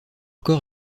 corps